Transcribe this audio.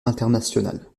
international